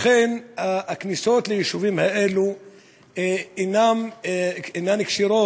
לכן, הכניסות ליישובים הללו אינן כשירות